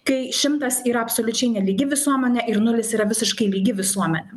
kai šimtas yra absoliučiai nelygi visuomenė ir nulis yra visiškai lygi visuomenė